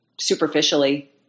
superficially